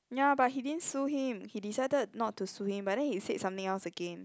ya but he didn't sue him he decided not to sue him but then he said something else again